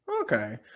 Okay